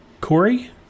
Corey